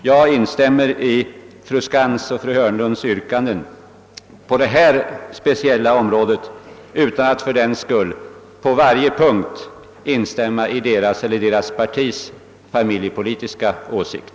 Jag instämmer i fru Skantz” och fru Hörnlunds yrkanden på det här speciella området - utan att fördenskull på varje punkt instämma i deras eller deras partis familjepolitiska åsikt.